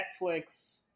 Netflix